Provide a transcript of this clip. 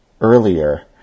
earlier